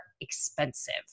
expensive